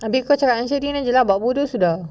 habis kau cakap dengan sheryn buat bodoh sudah